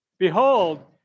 Behold